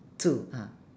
to ah